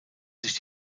sich